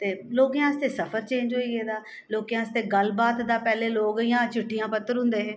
ते लोकें आस्तै सफर चेंज होई गेदा लोकें आस्तै गल्ल बात दा पैह्लें लोग इ'यां चिट्ठियां पत्र होदें हे